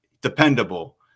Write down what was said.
dependable